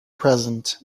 present